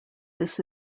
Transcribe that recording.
this